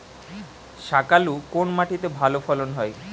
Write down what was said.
শাকালু কোন মাটিতে ভালো ফলন হয়?